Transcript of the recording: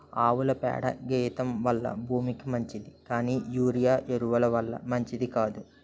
ఆవుల పేడ గెత్తెం వల్ల భూమికి మంచిది కానీ యూరియా ఎరువు ల వల్ల మంచిది కాదు